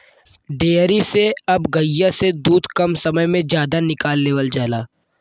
dairy से अब गइया से दूध कम समय में जादा निकाल लेवल जाला